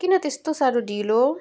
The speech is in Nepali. किन त्यस्तो साह्रो ढिलो